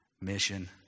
Mission